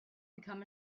become